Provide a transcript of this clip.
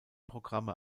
programme